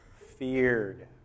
feared